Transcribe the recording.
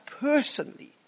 personally